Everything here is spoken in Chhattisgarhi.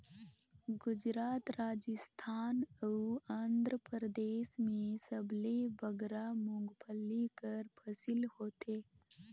गुजरात, राजिस्थान अउ आंध्रपरदेस में सबले बगरा मूंगफल्ली कर फसिल होथे